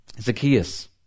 Zacchaeus